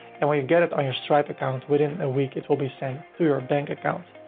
and when you get it on your stripe account, within a week it will be sent to your bank account.